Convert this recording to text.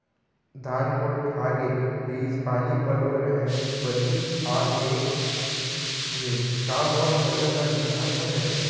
धान पोठागे रहीस, पानी पलोय रहेंव, बदली आप गे हे, का मोर फसल ल नुकसान हो जाही?